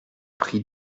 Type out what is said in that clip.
prie